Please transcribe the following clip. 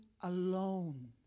alone